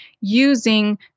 using